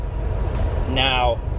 Now